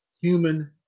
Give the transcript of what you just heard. human